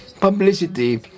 publicity